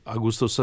Augusto